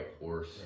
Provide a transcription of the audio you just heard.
horse